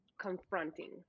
confronting